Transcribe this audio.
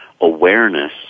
awareness